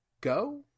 go